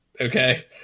Okay